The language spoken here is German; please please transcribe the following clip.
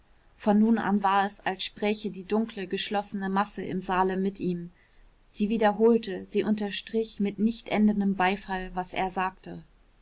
von nun an war es als spräche die dunkle geschlossene masse im saale mit ihm sie wiederholte sie unterstrich mit nicht endendem beifall was er sagte